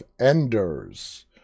Enders